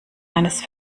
eines